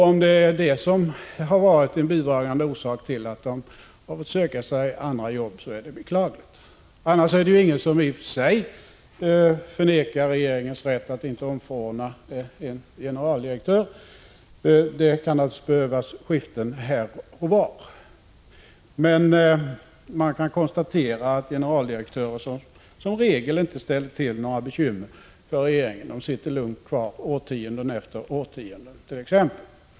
Om det har varit en bidragande orsak till att de måst söka sig andra jobb är det beklagligt. Annars är det ingen som i och för sig förnekar regeringens rätt att inte omförordna en generaldirektör; det kan naturligtvis behövas skiften här och var. Men man kan konstatera att generaldirektörer som inte ställt till några bekymmer för regeringen — de sitter lugnt kvar årtionden efter årtionden.